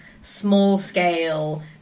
small-scale